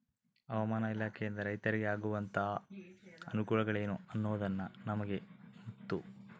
ಹವಾಮಾನ ಇಲಾಖೆಯಿಂದ ರೈತರಿಗೆ ಆಗುವಂತಹ ಅನುಕೂಲಗಳೇನು ಅನ್ನೋದನ್ನ ನಮಗೆ ಮತ್ತು?